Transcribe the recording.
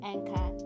Anchor